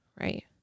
right